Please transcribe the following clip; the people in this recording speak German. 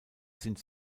sind